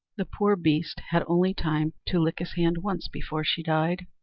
the poor beast had only time to lick his hand once before she died.